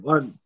One